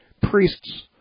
priests